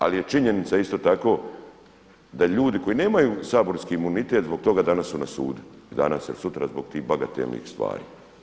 Ali je činjenica isto tako da ljudi koji nemaju saborski imunitet zbog toga danas su na sudu, danas ili sutra zbog tih bagatelnih stvari.